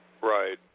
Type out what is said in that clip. Right